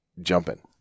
jumping